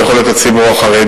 זה יכול להיות הציבור החרדי,